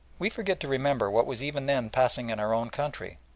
we forget to remember what was even then passing in our own country.